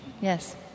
Yes